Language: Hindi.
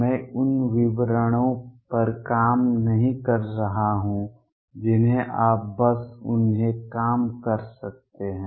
मैं उन विवरणों पर काम नहीं कर रहा हूं जिन्हें आप बस उन्हें काम कर सकते हैं